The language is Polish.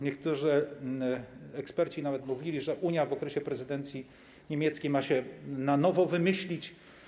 Niektórzy eksperci nawet mówili, że Unia w okresie prezydencji niemieckiej ma się na nowo wymyślić.